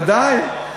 בוודאי, ודאי.